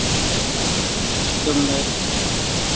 अच्छा ठीक है मैं